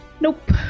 Nope